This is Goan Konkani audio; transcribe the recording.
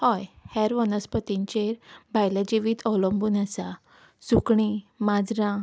हय हेर वनस्पतींचेर भायलें जिवीत अवलंबून आसा सुकणीं माजरां